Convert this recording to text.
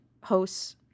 hosts